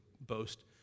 Boast